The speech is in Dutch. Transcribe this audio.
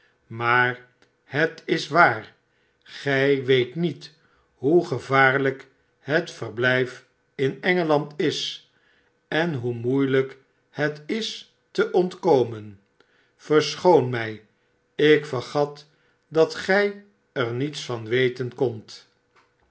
maar het ls waar gij weet niet hoe gevaarlijk het verblijf in engeland is en hoe moeielijk het is te omkomen verschoon mij ik vergat dat gij er niets van weten kondt